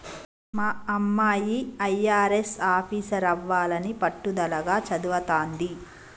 మా అమ్మాయి అయ్యారెస్ ఆఫీసరవ్వాలని పట్టుదలగా చదవతాంది